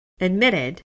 admitted